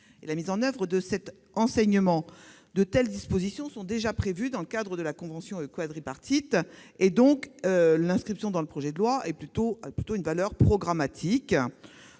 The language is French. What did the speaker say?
la mise en oeuvre de cet enseignement. De telles dispositions sont déjà prévues dans le cadre de la convention quadripartite. Leur inscription dans le projet de loi a donc plutôt une valeur programmatique.